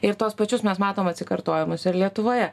ir tuos pačius mes matom atsikartojimus ir lietuvoje